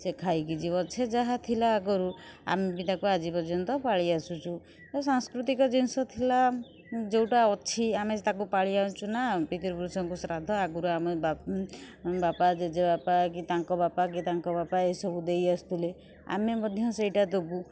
ସେ ଖାଇକି ଯିବ ସେ ଯାହା ଥିଲା ଆଗରୁ ଆମେ ବି ତାକୁ ଆଜି ପର୍ଯ୍ୟନ୍ତ ପାଳି ଆସୁଛୁ ତ ସାଂସ୍କୃତିକ ଜିନଷ ଥିଲା ଯେଉଁଟା ଅଛି ଆମେ ତାକୁ ପାଳିଆସୁଛୁ ନା ପିତୃ ପୁରୁଷଙ୍କୁ ଶ୍ରାଦ୍ଧ ଆଗୁରୁ ଆମେ ବାପା ଜେଜେବାପା କି ତାଙ୍କ ବାପା କି ତାଙ୍କ ବାପା ଏସବୁ ଦେଇ ଆସୁଥିଲେ ଆମେ ମଧ୍ୟ ସେଇଟା ଦେବୁ